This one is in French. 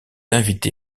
invité